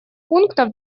пунктов